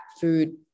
food